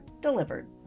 Delivered